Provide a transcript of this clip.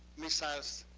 missiles,